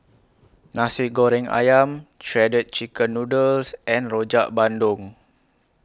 Nasi Goreng Ayam Shredded Chicken Noodles and Rojak Bandung